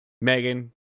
Megan